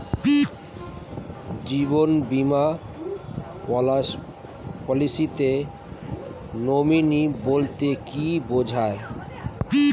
জীবন বীমা পলিসিতে নমিনি বলতে কি বুঝায়?